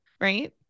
right